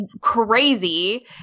crazy